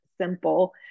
simple